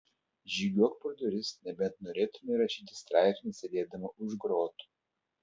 žygiuok pro duris nebent norėtumei rašyti straipsnį sėdėdama už grotų